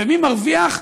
ומי מרוויח?